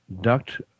duct